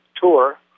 tour